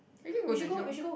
we can go to Jurong